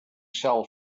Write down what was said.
shell